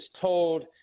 told